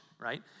right